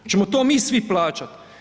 Hoćemo to mi svi plaćati?